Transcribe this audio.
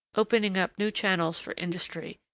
opening up new channels for industry,